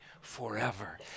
forever